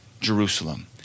Jerusalem